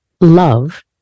love